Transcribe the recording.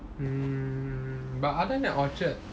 mm but other than orchard